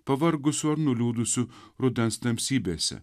pavargusių ar nuliūdusių rudens tamsybėse